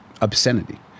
obscenity